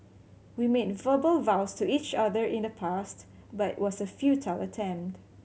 we made verbal vows to each other in the past but it was a futile attempt